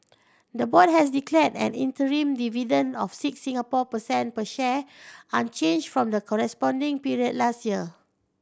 the board has declared an interim dividend of six Singapore per cent per share unchanged from the corresponding period last year